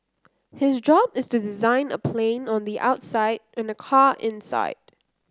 his job is to design a plane on the outside and a car inside